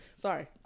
sorry